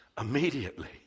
immediately